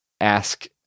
ask